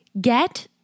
get